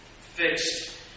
Fixed